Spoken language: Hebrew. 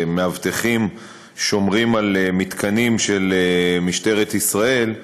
שמאבטחים שומרים על מתקנים של משטרת ישראל,